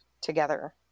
together